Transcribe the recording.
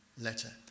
letter